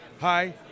Hi